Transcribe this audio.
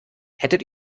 hättet